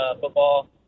football